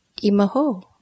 Imaho